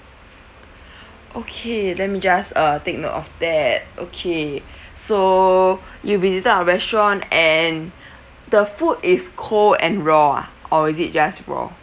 okay let me just uh take note of that okay so you visited our restaurant and the food is cold and raw ah or is it just raw